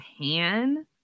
pan